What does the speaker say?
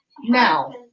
Now